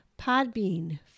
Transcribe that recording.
Podbean